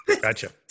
Gotcha